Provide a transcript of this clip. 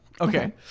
Okay